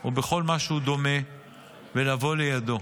או בכל מישהו דומה ולבוא לידו,